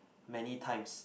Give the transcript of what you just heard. many times